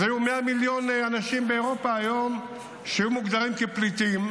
אז היו היום 100 מיליון אנשים באירופה שהיו מוגדרים כפליטים,